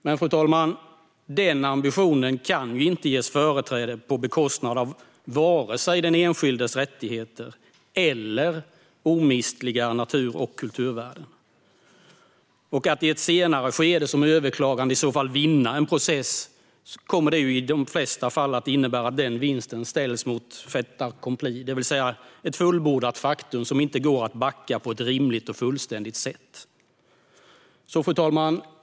Men den ambitionen kan inte ges företräde på bekostnad av vare sig den enskildes rättigheter eller omistliga natur och kulturvärden. Om en överklagande i ett senare skede vinner en process kommer det i de flesta fall att innebära att den vinsten ställs mot ett fait accompli, det vill säga ett fullbordat faktum som inte går att backa från på ett rimligt och fullständigt sätt. Fru talman!